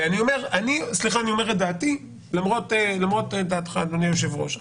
אני אומר את דעתי למרות דעתך אדוני היושב ראש.